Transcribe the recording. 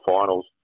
finals